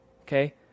Okay